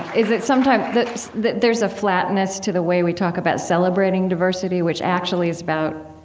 is that sometimes that there's a flatness to the way we talk about celebrating diversity, which actually is about,